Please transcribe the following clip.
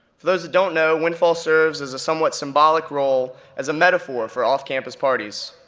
for those that don't know, windfall serves as a somewhat symbolic role as a metaphor for off-campus parties.